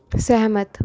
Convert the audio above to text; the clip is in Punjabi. ਸਹਿਮਤ